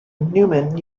newman